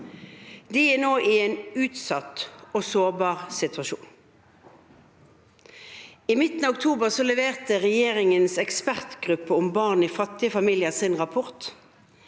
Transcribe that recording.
De er nå i en utsatt og sårbar situasjon. I midten av oktober leverte regjeringens ekspertgruppe om barn i fattige familier sin rapport.